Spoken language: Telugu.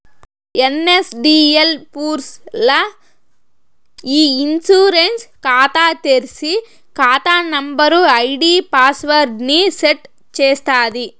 ఎన్.ఎస్.డి.ఎల్ పూర్స్ ల్ల ఇ ఇన్సూరెన్స్ కాతా తెర్సి, కాతా నంబరు, ఐడీ పాస్వర్డ్ ని సెట్ చేస్తాది